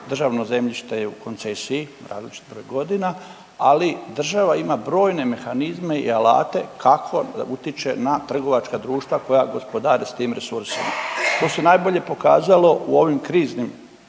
Državno zemljište je u koncesiji, različiti broj godina, ali država ima brojne mehanizme i alate kako utječe na trgovačka društva koja gospodare s tim resursima. To se najbolje pokazalo u ovim kriznim